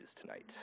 tonight